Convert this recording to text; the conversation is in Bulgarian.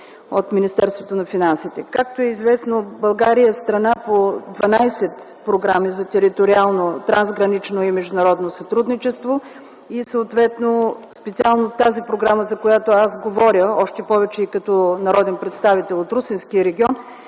от Министерството на финансите. Както е известно, България е страна по 12 програми за териториално, трансгранично и международно сътрудничество и специално тази програма, за която аз говоря, още повече като народен представител от Русенски регион,